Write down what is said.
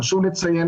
חשוב לציין,